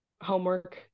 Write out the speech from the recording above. homework